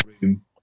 room